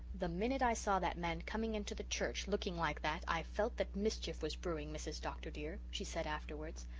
the minute i saw that man coming into the church, looking like that, i felt that mischief was brewing, mrs. dr. dear, she said afterwards.